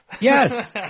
Yes